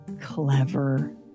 clever